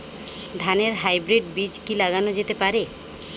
ধানের হাইব্রীড বীজ কি লাগানো যেতে পারে?